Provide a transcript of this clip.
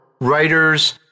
writers